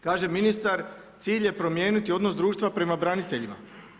Kaže ministar cilj je promijeniti odnos društva prema braniteljima.